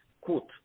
quote